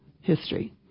history